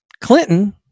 Clinton